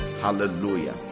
Hallelujah